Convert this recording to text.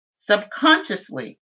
subconsciously